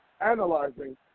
analyzing